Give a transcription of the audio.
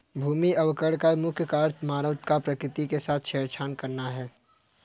भूमि अवकरण का मुख्य कारण मानव का प्रकृति के साथ छेड़छाड़ करना है